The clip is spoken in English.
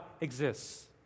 exists